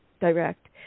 direct